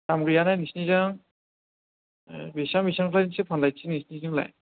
दाम गैया ना नोंसोरनिथिं ए बेसेबां बेसेबांनिफ्रायथ' फानो नोंसोरनिथिंलाय